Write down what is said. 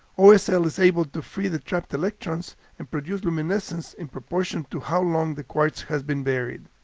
ah is able is able to free the trapped electrons and produce luminescence in proportion to how long the quartz has been buried.